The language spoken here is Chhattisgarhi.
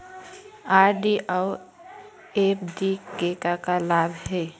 आर.डी अऊ एफ.डी के का लाभ हे?